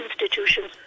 institutions